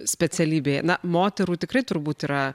specialybėje na moterų tikrai turbūt yra